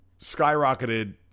skyrocketed